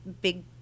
big